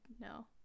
no